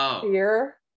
fear